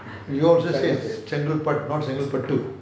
you also say chengalpet not